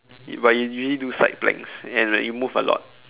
but you usually do side planks and like you move a lot